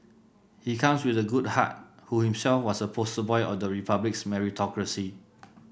he comes with a good heart who himself was a poster boy of the Republic's meritocracy